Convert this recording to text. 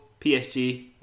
PSG